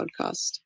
podcast